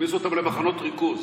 הכניסו אותם למחנות ריכוז,